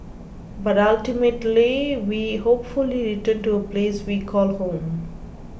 but ultimately we hopefully return to a place we call home